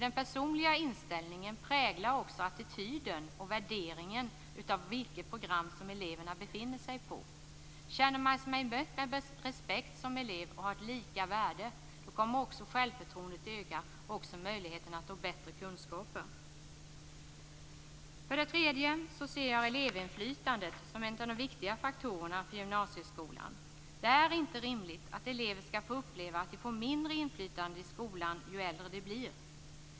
Den personliga inställningen präglar nämligen också attityden till och värderingen av det program som eleverna befinner sig på. Om man som elev känner sig bemött med respekt och känner sig ha lika värde kommer också självförtroendet att öka, liksom möjligheterna att nå bättre kunskaper. För det tredje ser jag elevinflytandet som en av de viktiga faktorerna för gymnasieskolan. Det är inte rimligt att elever skall få uppleva att de får mindre inflytande i skolan ju äldre de blir.